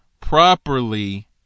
properly